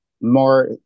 more